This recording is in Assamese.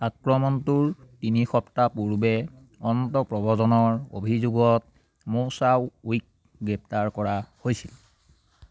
আক্ৰমণটোৰ তিনি সপ্তাহ পূৰ্বে অন্তঃপ্ৰব্ৰজনৰ অভিযোগত মৌছাওৱ্যিক গ্ৰেপ্তাৰ কৰা হৈছিল